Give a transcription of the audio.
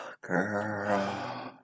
girl